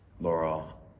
Laurel